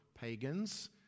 pagans